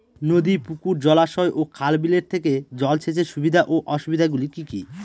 নদী পুকুর জলাশয় ও খাল বিলের থেকে জল সেচের সুবিধা ও অসুবিধা গুলি কি কি?